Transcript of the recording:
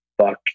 fuck